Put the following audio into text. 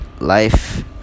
life